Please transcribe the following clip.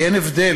כי אין הבדל